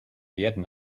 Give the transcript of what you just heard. werden